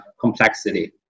complexity